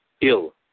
Ill